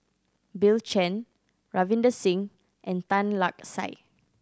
Bill Chen Ravinder Singh and Tan Lark Sye